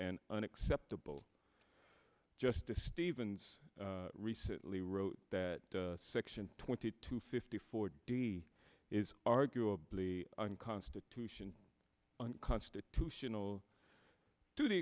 and unacceptable justice stevens recently wrote that section twenty two fifty four d is arguably constitution unconstitutional to the